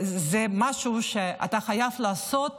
זה משהו שאתה חייב לעשות